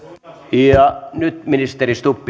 ja nyt ministeri stubb